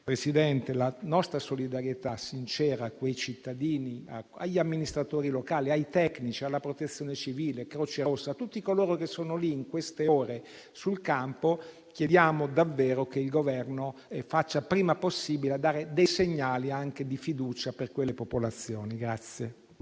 infine la nostra solidarietà sincera a quei cittadini, agli amministratori locali, ai tecnici, alla Protezione civile, alla Croce Rossa, a tutti coloro che in queste ore sono sul campo, chiediamo davvero che il Governo faccia prima possibile a dare segnali di fiducia a quelle popolazioni.